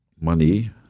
money